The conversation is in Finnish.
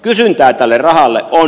kysyntää tälle rahalle on